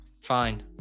Fine